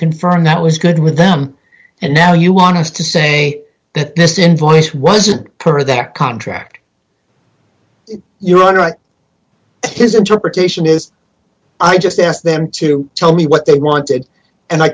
confirm that was good with them and now you want us to say that this invoice wasn't for their contract your honor his interpretation is i just asked them to tell me what they wanted and i